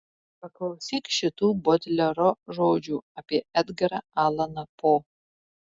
paklausyk šitų bodlero žodžių apie edgarą alaną po